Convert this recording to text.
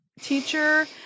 teacher